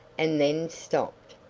and then stopped.